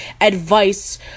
advice